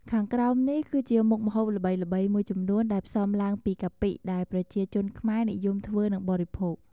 ខាងក្រោមនេះ គឺជាមុខម្ហូបល្បីៗមួយចំនួនដែលផ្សំឡើងពីកាពិ ដែលប្រជាជនខ្មែរនិយមធ្វើនិងបរិភោគ។